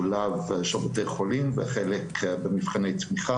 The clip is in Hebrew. עושים ביקור בוקר מי שהיה במחלקה מכיר את זה.